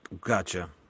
gotcha